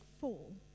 fall